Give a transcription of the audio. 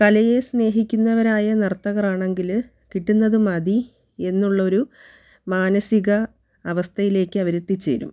കലയെ സ്നേഹിക്കുന്നവരായ നർത്തകരാണെങ്കിൽ കിട്ടുന്നത് മതി എന്നുള്ള ഒരു മാനസിക അവസ്ഥയിലേക്ക് അവർ എത്തിച്ചേരും